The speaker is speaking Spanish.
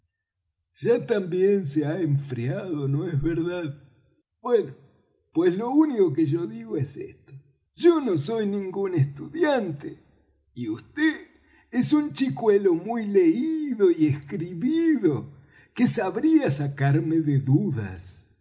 ya también se ha enfriado no es verdad bueno pues lo único que yo digo es esto yo no soy ningún estudiante y vd es un chicuelo muy leído y escribido que sabría sacarme de dudas